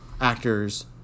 actors